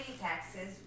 taxes